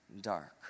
dark